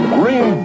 green